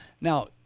Now